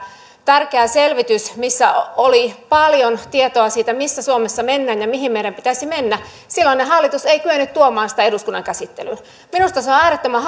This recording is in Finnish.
selvitystä missä oli paljon tietoa siitä missä suomessa mennään ja mihin meidän pitäisi mennä silloinen hallitus ei kyennyt tuomaan eduskunnan käsittelyyn minusta se on äärettömän